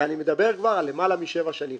ואני מדבר כבר על למעלה משבע שנים.